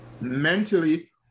mentally